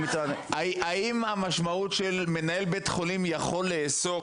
האם המשמעות של מנהל בית החולים יכול לאסור,